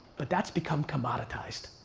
but that's become commoditized.